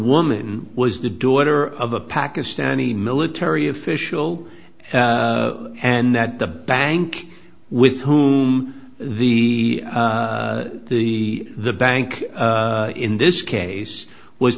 woman was the daughter of a pakistani military official and that the bank with whom the the the bank in this case was